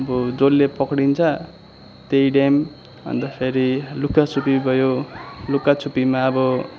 अब जसले पक्रिन्छ त्यही ड्याम अन्त फेरि लुकाछुपी भयो लुकाछुपीमा अब